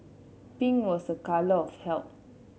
pink was a colour of health